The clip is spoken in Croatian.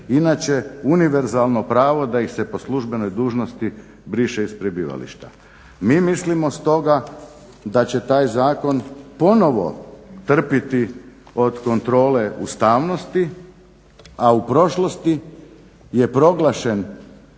inače univerzalno pravo da ih se po službenoj dužnosti briše iz prebivališta. Mi mislimo stoga da će taj zakon ponovno trpiti od kontrole ustavnosti, a u prošlosti je proglašen